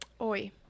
Oi